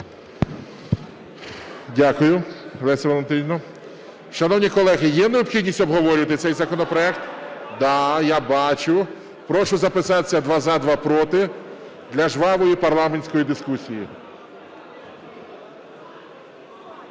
Дякую, Леся Валентинівна. Шановні колеги, є необхідність обговорювати цей законопроект? Да, я бачу. Прошу записатися: два – за, два – проти, для жвавої парламентської дискусії.